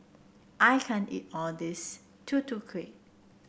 I can't eat all this Tutu Kueh